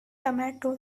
tomato